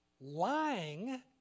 lying